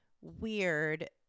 weird